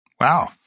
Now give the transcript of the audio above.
Wow